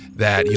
that, you